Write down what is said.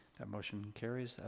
that motion carries.